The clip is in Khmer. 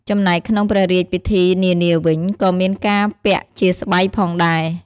ចំណែកក្នុងព្រះរាជពិធីនានាវិញ ក៏មានការពាក់ជាស្បៃផងដែរ។